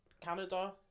Canada